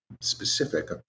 specific